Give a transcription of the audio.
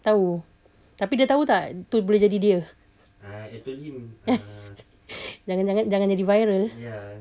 tahu tapi tahu tak tu boleh jadi dia jangan jadi viral